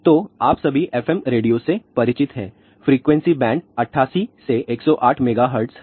तो आप सभी fm रेडियो से परिचित हैं फ्रीक्वेंसी बैंड 88 से 108 मेगाहर्ट्ज है